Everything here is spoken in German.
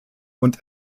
und